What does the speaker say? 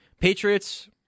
Patriots